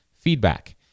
feedback